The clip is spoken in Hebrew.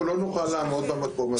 אנחנו לא נוכל לעמוד במקום הזה.